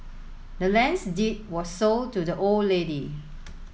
the land's deed was sold to the old lady